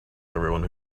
everyone